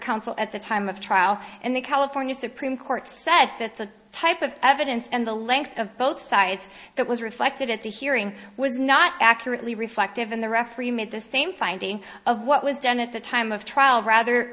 counsel at the time of trial and the california supreme court said that the type of evidence and the length of both sides that was reflected at the hearing was not accurately reflected in the referee made the same finding of what was done at the time of trial rather